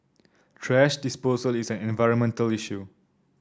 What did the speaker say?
thrash disposal is an environmental issue